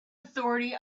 authority